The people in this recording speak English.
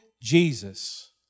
Jesus